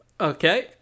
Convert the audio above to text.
Okay